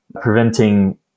preventing